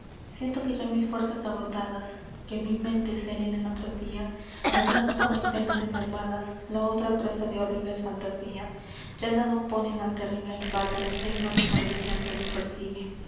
siento que ya mis fuerzas agotadas que mi mente serena en otros dias las unas por mis penas enervadas la otra presa de horribles fantasías ya nada oponen al terrible embate de ignota maldicion que me persigue